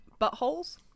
buttholes